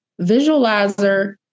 visualizer